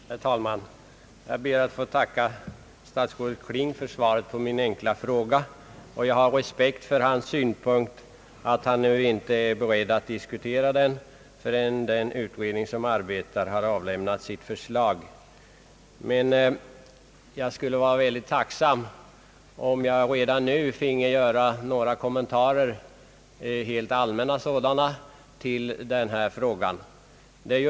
Herr talman! Jag ber att få tacka statsrådet Kling för svaret på min enkla fråga. Jag har respekt för hans synpunkt att han inte är beredd att diskutera denna fråga förrän den utredning som arbetar har avlämnat sitt förslag, men jag skulle vara mycket tacksom om jag redan nu finge göra några helt allmänna kommentarer till frågan.